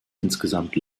insgesamt